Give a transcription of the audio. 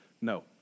No